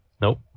Nope